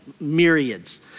myriads